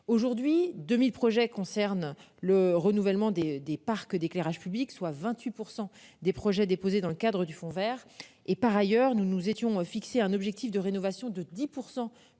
aujourd'hui 2000 projets concernent le renouvellement des des parcs d'éclairage public, soit 28% des projets déposés dans le cadre du Fonds Vert. Et par ailleurs nous nous étions fixé un objectif de rénovation de 10% du parc